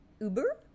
uber